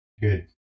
good